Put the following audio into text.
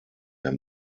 der